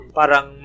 parang